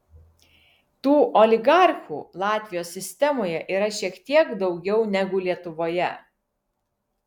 tų oligarchų latvijos sistemoje yra šiek tiek daugiau negu lietuvoje